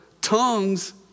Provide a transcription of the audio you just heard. tongues